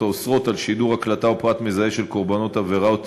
האוסרות שידור הקלטה או פרט מזהה של קורבנות עבירות